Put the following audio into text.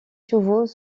chevaux